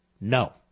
no